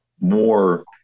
more